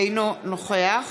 אינו נוכח